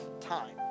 time